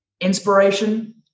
inspiration